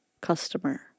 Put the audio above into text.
customer